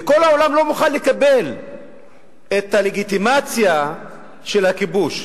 וכל העולם לא מוכן לקבל את הלגיטימציה של הכיבוש.